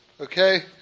Okay